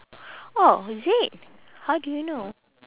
oh is it how do you know